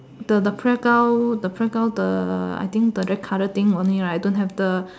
the the playground the playground the I think the red colour thing only right don't have the